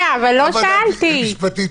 למעט חנות כאמור הפועלת בקניון מקורה,